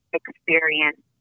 experience